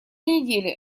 неделе